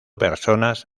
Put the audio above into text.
personas